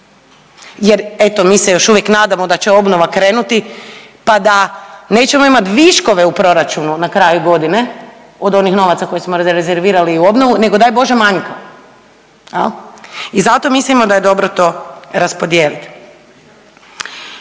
jer eto mi se još uvijek nadamo da će obnova krenuti pa da nećemo imati viškove u proračunu na kraju godine od onih novaca koje smo rezervirali u obnovu nego daj Bože manjka jel. I zato mislimo da je dobro to raspodijeliti.